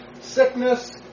sickness